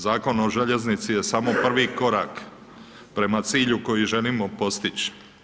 Zakon o željeznici je samo prvi korak prema cilju koji želimo postić.